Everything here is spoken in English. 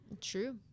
True